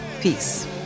Peace